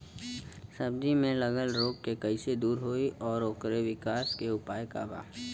सब्जी में लगल रोग के कइसे दूर होयी और ओकरे विकास के उपाय का बा?